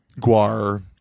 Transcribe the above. Guar